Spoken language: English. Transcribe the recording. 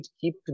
keep